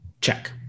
Check